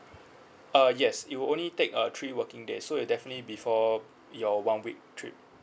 uh yes it will only take uh three working days so it'll definitely before your one week trip